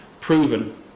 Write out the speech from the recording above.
proven